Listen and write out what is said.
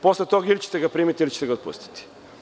Posle toga ili ćete ga primiti, ili ćete ga otpustiti.